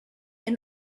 and